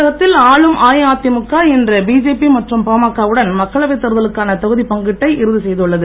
தமிழகத்தில் ஆளும் அஇஅதிமுக இன்று பிஜேபி மற்றும் பாமக உடன் மக்களவை தேர்தலுக்கான தொகுதிப் பங்கீட்டை இறுதி செய்துள்ளது